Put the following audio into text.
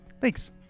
thanks